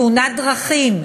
תאונת דרכים,